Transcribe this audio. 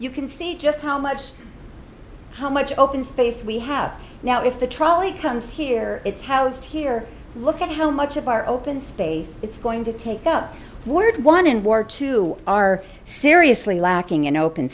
you can see just how much how much open space we have now if the trolley comes here it's housed here look at how much of our open space it's going to take up word one in war two are seriously lacking in open